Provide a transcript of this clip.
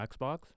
Xbox